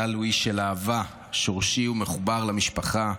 טל הוא איש של אהבה, שורשי ומחובר למשפחה.